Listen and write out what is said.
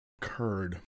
curd